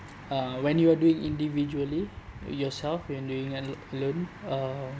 uh when you're doing individually yourself you're doing a~ alone uh